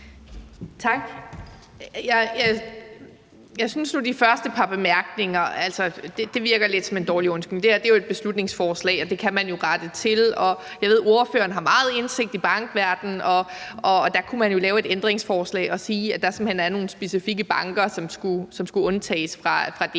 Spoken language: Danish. Tak. Jeg synes nu, at de første par bemærkninger virker lidt som en dårlig undskyldning. Det her er jo et beslutningsforslag, og det kan man rette til. Jeg ved, at ordføreren har meget indsigt i bankverdenen, og der kunne man jo lave et ændringsforslag, der siger, at der er nogle specifikke banker, der skal undtages fra det